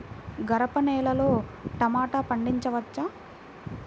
గరపనేలలో టమాటా పండించవచ్చా?